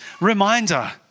reminder